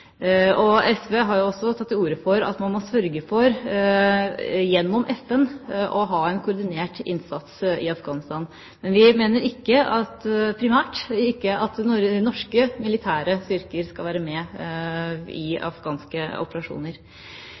og SV har jo også tatt til orde for at man gjennom FN må sørge for å ha en koordinert innsats i Afghanistan. Men vi mener primært ikke at norske militære styrker skal være med i afghanske operasjoner.